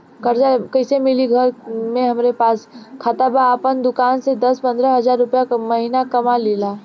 कर्जा कैसे मिली घर में हमरे पास खाता बा आपन दुकानसे दस पंद्रह हज़ार रुपया महीना कमा लीला?